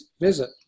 visit